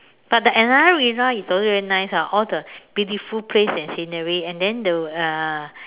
but the another reason why it's also very nice hor all the beautiful place and scenery and then the uh